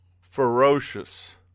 ferocious